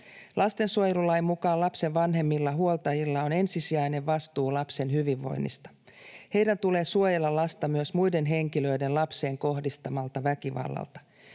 Lastensuojelulain mukaan lapsen vanhemmilla, huoltajilla, on ensisijainen vastuu lapsen hyvinvoinnista. Heidän tulee suojella lasta myös muiden henkilöiden lapseen kohdistamalta väkivallalta.